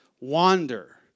wander